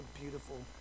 beautiful